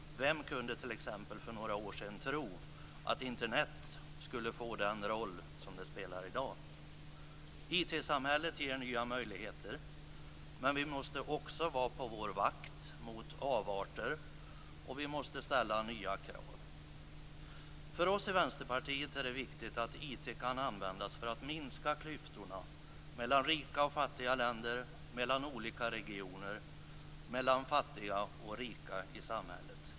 Vem kunde t.ex. för några år sedan tro att Internet skulle få den roll det spelar i dag? IT-samhället ger nya möjligheter, men vi måste också vara på vår vakt mot avarter och ställa nya krav. För oss i Vänsterpartiet är det viktigt att IT kan användas för att minska klyftorna mellan rika och fattiga länder, mellan olika regioner och mellan fattiga och rika i samhället.